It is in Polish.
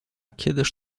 kiedyż